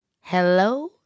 Hello